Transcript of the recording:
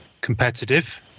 competitive